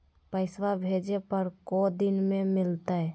पैसवा भेजे पर को दिन मे मिलतय?